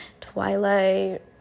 twilight